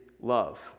love